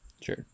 Sure